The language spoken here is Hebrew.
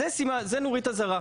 זו נורית אזהרה.